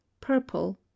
purple